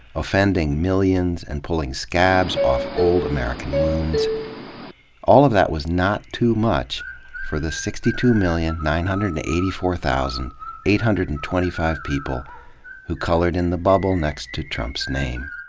offending millions and pulling scabs off old american wounds all of that was not too much for the sixty two million nine hundred and eighty four thousand eight hundred and twenty five people who colored in the bubble next to trump's name.